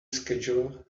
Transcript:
schedule